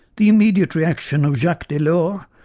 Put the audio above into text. the immediate reaction of jacques delors,